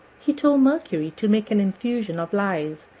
he told mercury to make an infusion of lies,